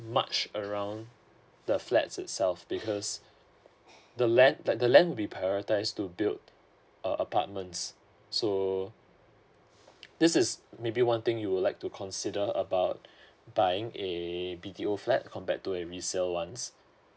much around the flats itself because the land that the land be prioritise to build a apartments so this is maybe one thing you would like to consider about buying a b t o flat compared to a resale ones